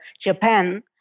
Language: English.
Japan